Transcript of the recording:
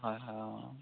হয় হয়